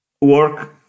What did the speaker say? work